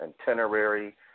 itinerary